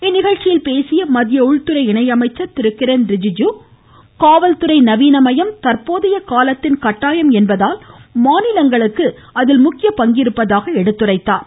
இந்நிகழ்ச்சியில் பேசிய மத்திய உள்துறை இணை அமைச்சர் திரு கிரண் ரிஜுஜு காவல்துறை நவீனமயம் தற்போதைய காலத்தின் கட்டாயம் என்பதால் மாநிலங்களுக்கு அதில் முக்கிய பங்கிருப்பதாக எடுத்துரைத்தார்